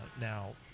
Now